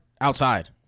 outside